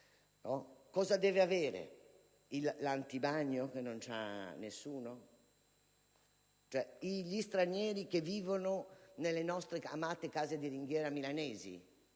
un'abitazione? L'antibagno, che non ha nessuno? Gli stranieri che vivono nelle nostre amate case di ringhiera milanesi